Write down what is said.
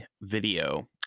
video